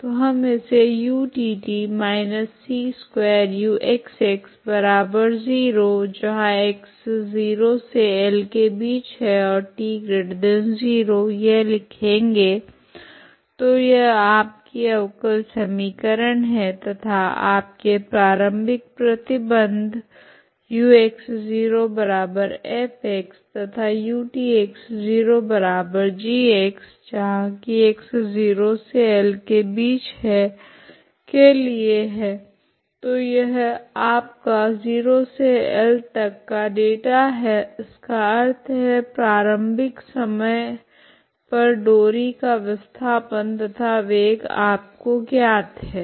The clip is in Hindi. तो हम इसे utt−c2uxx0 0xL t0 लिखेगे तो यह आपकी अवकल समीकरण है तथा आपके प्रारम्भिक प्रतिबंध u x 0f तथा ut x 0g 0xL के लिए है तो यह आपका 0 से L तक का डेटा है इसका अर्थ है प्रारम्भिक समय पर डोरी का विस्थापन तथा वेग आपको ज्ञात है